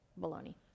baloney